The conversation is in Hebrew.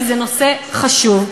כי זה נושא חשוב,